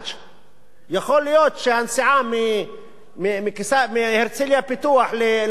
יכול להיות שהנסיעה מהרצלייה-פיתוח לאוניברסיטת תל-אביב,